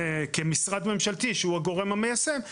כמשרד ממשלתי שהוא הגורם המייסד,